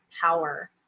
Power